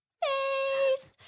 face